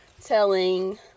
telling